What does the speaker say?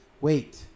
wait